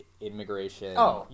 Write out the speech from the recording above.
immigration